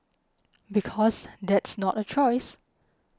because that's not a choice